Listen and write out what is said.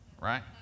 right